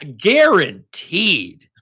guaranteed